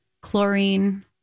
chlorine